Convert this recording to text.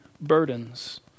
burdens